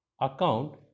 account